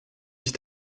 ich